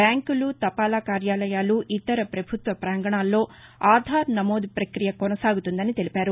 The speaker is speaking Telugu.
బ్యాంకులు తపాలా కార్యాలయాలు ఇతర ప్రభుత్వ ప్రాంగణాల్లో ఆధార్ నమోదు ప్రక్రియ కొనసాగుతుందని తెలిపారు